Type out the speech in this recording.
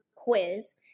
quiz